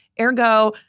Ergo